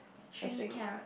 three carrot